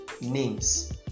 names